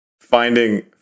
finding